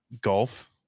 golf